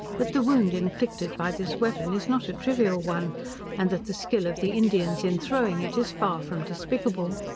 that the wound inflicted by this weapon is not a trivial one and that the skill of the indians in throwing it, is far from despicable.